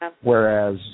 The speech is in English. Whereas